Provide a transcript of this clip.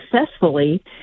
successfully